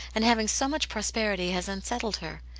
and having so much prosperity, has unsettled her.